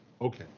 Okay